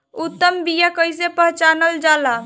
उत्तम बीया कईसे पहचानल जाला?